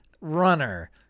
runner